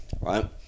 right